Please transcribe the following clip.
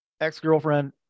ex-girlfriend